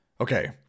Okay